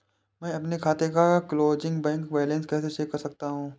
मैं अपने खाते का क्लोजिंग बैंक बैलेंस कैसे चेक कर सकता हूँ?